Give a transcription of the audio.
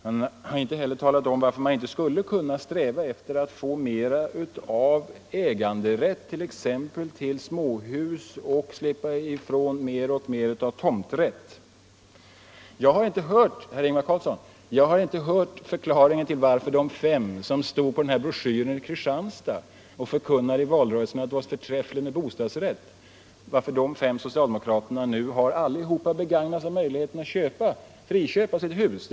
Han har inte heller talat om varför man inte skulle kunna sträva efter att få mera av äganderätt t.ex. till småhus och att släppa ifrån sig mer och mer tomträtt. Jag har inte hört förklaringen till att de fem socialdemokrater som var med i den här broschyren i Kristianstad och som i valrörelsen påstod att det var så förträffligt med tomträtt nu alla har begagnat sig av möjligheten att friköpa sitt hus.